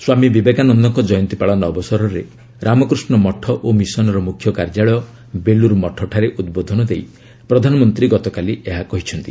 ସ୍ୱାମୀ ବିବେକାନନ୍ଦଙ୍କ ଜୟନ୍ତୀ ପାଳନ ଅବସରରେ ରାମକୃଷ୍ଣ ମଠ ଓ ମିଶନ୍ର ମୁଖ୍ୟ କାର୍ଯ୍ୟାଳୟ ବେଲ୍ର୍ ମଠଠାରେ ଉଦ୍ବୋଧନ ଦେଇ ପ୍ରଧାନମନ୍ତ୍ରୀ ଗତକାଲି ଏହା କହିଥିଲେ